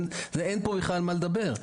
אין פה על מה לדבר.